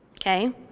Okay